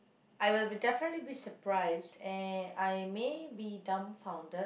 I will be definitely be surprised and I may be dumbfounded